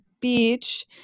Beach